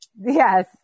Yes